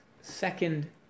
second